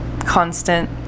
constant